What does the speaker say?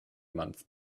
month